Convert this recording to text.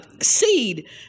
Seed